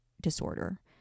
disorder